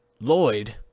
Lloyd